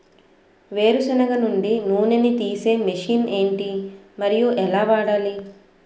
వేరు సెనగ నుండి నూనె నీ తీసే మెషిన్ ఏంటి? మరియు ఎలా వాడాలి?